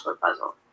puzzle